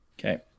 Okay